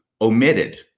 omitted